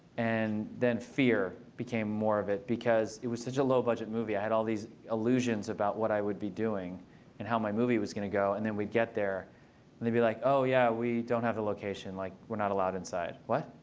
and then fear became more of it, because it was such a low-budget movie. i had all these illusions about what i would be doing and how my movie was going to go. and then we'd get there. and they'd be like, oh, yeah. we don't have the location. like we're not allowed inside. what?